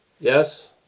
yes